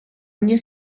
mnie